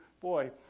boy